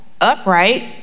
upright